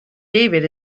david